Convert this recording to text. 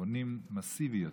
בונים מסיבי יותר.